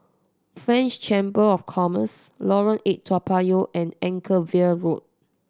French Chamber of Commerce Lorong Eight Toa Payoh and Anchorvale Road